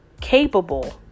capable